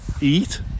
Eat